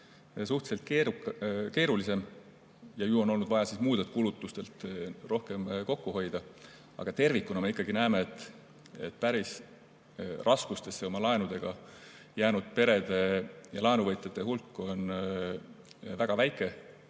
suhteliselt keerulisem. On ju olnud vaja ka muudelt kulutustelt rohkem kokku hoida. Aga tervikuna me ikkagi näeme, et päris raskustesse oma laenudega jäänud perede ja muude laenuvõtjate hulk on väga väike.